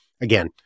again